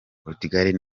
portugal